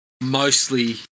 mostly